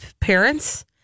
parents